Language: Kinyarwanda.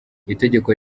itegeko